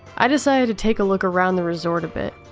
i decided to take a look around the resort a bit.